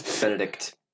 Benedict